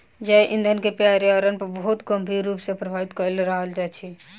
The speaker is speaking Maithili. जैव ईंधन के पर्यावरण पर बहुत गंभीर रूप सॅ प्रभावित कय रहल अछि